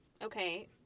Okay